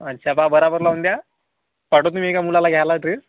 अच्छा बा बरोबर लावून द्या पाठवतो मी एका मुलाला घ्यायला ड्रेस